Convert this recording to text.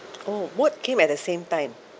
oh what came at the same time